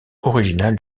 original